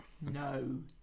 No